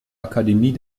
akademie